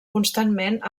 constantment